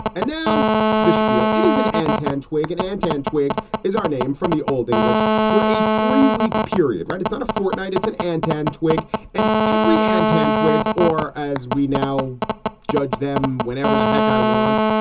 and now the schpiel. it is an antenna and antenna, twigg is our name from the old english for a three week period, right? it's not a fortnight. it's an antenna. twigg and every antenna twig or as we now judge them whenever the heck i want,